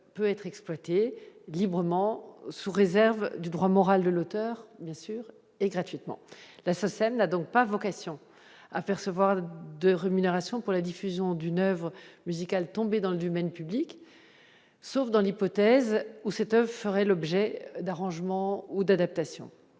peut être exploité librement sous réserve du droit moral de l'auteur, bien sûr, et gratuitement, la Sacem n'a donc pas vocation à percevoir de rémunération pour la diffusion d'une oeuvre musicale dans l'du même public, sauf dans l'hypothèse où cette eau ferait l'objet d'arrangements ou d'adaptation